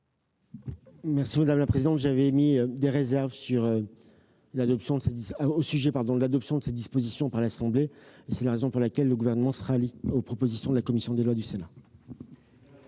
l'avis du Gouvernement ? J'avais émis des réserves au sujet de l'adoption de ces dispositions par l'Assemblée nationale. C'est la raison pour laquelle le Gouvernement se rallie aux propositions de la commission des lois du Sénat.